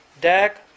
DAC